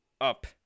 up